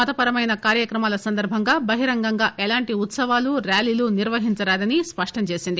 మతపరమైన కార్యక్రమాల సందర్బంగా బహిరంగంగా ఎలాంటి ఉత్సవాలు ర్యాలీలు నిర్వహించరాదని స్పష్టం చేసింది